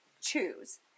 choose